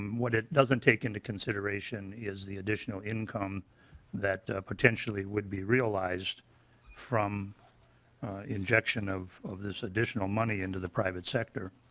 what it doesn't take into consideration is the additional income that potentially would be realized from injection of of this additional money into the private sector.